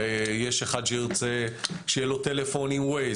יש אחד שירצה שיהיה לו טלפון עם ווייז,